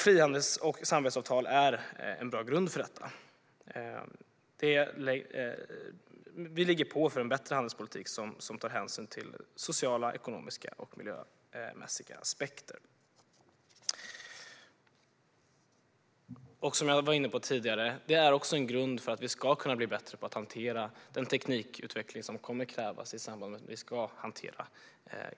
Frihandels och samarbetsavtal är en bra grund för detta. Vi ligger på för en bättre handelspolitik som tar hänsyn till sociala, ekonomiska och miljömässiga aspekter. Som jag var inne på tidigare: Detta är också en grund för att vi ska kunna bli bättre på att hantera den teknikutveckling som kommer att krävas i samband med att vi hanterar